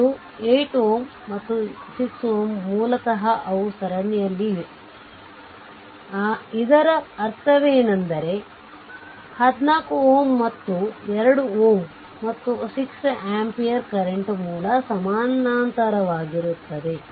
ಇದು 8 Ω ಮತ್ತು 6 Ω ಮೂಲತಃ ಅವು ಸರಣಿಯಲ್ಲಿವೆ ಇದರ ಅರ್ಥವೇನೆಂದರೆ 14 Ω ಮತ್ತು ಇದು 2 Ω ಮತ್ತು 6 amps ಕರೆಂಟ್ ಮೂಲ ಸಮಾನಾಂತರವಾಗಿರುತ್ತವೆ